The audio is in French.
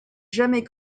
jamais